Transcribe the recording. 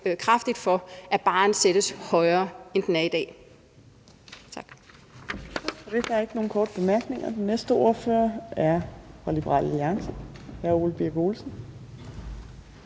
kraftigt for, at barren sættes højere, end den er i dag. Tak.